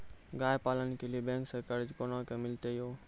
गाय पालन के लिए बैंक से कर्ज कोना के मिलते यो?